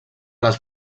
les